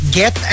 get